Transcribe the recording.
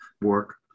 work